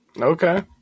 Okay